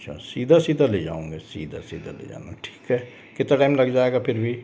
अच्छा सीधा सीधा ले जाओगे सीधा सीधा ले जाना ठीक है कितना टाइम लग जाएगा फिर भी